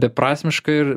beprasmiška ir